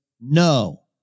No